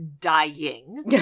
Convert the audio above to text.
dying